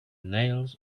nails